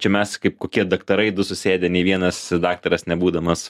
čia mes kaip kokie daktarai du susėdę nei vienas daktaras nebūdamas